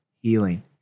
healing